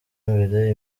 imbere